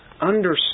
understand